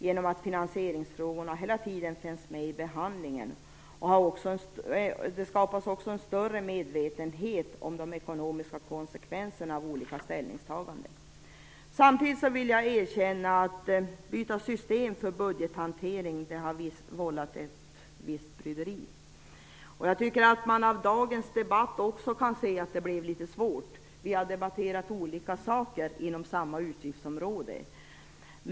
Genom att finansieringsfrågorna hela tiden finns med i behandlingen skapas också en större medvetenhet om de ekonomiska konsekvenserna av olika ställningstaganden. Samtidigt vill jag erkänna att bytet av system för budgethanteringen har vållat ett visst bryderi. Dagens debatt har också visat att det blev litet svårt, på så sätt att vi har debatterat olika saker inom samma utgiftsområde.